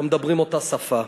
לא מדברים אותה שפה.